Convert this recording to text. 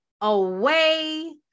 away